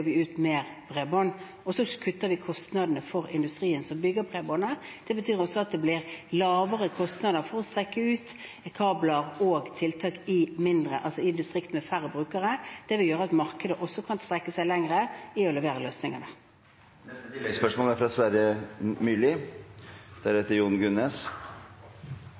vi ut mer bredbånd. Så kutter vi kostnadene for industrien som bygger bredbåndet. Det betyr også at det blir lavere kostnader for å strekke ut kabler og ha tiltak i distrikt med færre brukere. Det vil gjøre at markedet kan strekke seg lenger i å levere